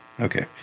Okay